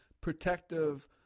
protective